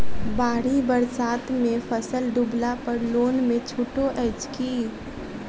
बाढ़ि बरसातमे फसल डुबला पर लोनमे छुटो अछि की